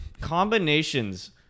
combinations